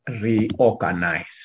reorganize